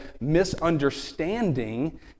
misunderstanding